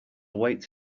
wait